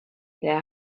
their